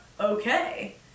Okay